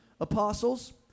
apostles